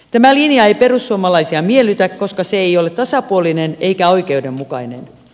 tämä linja ei perussuomalaisia miellytä koska se ei ole tasapuolinen eikä oikeudenmukainen